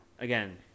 again